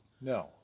No